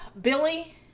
Billy